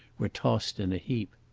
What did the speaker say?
were tossed in a heap.